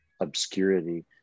obscurity